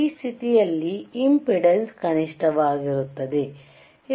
ಈ ಸ್ಥಿತಿಯಲ್ಲಿ ಇಂಪೆಡಾನ್ಸ್ ಕನಿಷ್ಠವಾಗಿದೆ ಇದು ರೆಸಿಸ್ಟೆಂಸ್ R